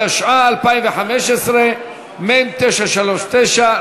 התשע"ה 2015, מ/939.